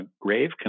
grave